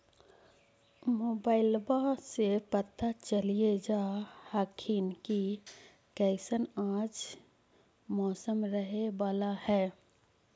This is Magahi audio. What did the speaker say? मोबाईलबा से पता चलिये जा हखिन की कैसन आज मौसम रहे बाला है?